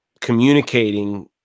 communicating